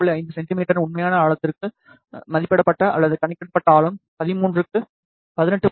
5 சென்டிமீட்டரின் உண்மையான ஆழத்திற்கு மதிப்பிடப்பட்ட அல்லது கணக்கிடப்பட்ட ஆழம் 13 க்கு 18